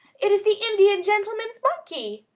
it is the indian gentleman's monkey!